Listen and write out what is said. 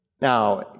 Now